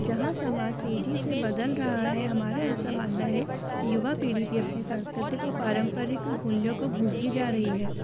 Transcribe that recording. जहाँ समाज तेजी से बदल रहा है हमारा ऐसा मानना है कि युवा पीढ़ी भी अपनी संस्कृति को पारंपरिक मूल्यों को भूलती जा रही है